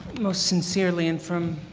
most sincerely and from